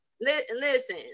listen